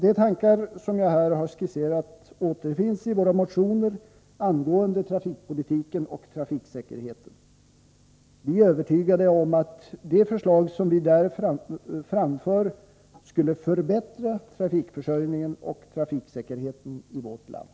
De tankar som jag här har skisserat återfinns i våra motioner angående trafikpolitiken och trafiksäkerheten. Vi är övertygade om att de förslag som vi där framför skulle förbättra trafikförsörjningen och trafiksäkerheten i vårt land.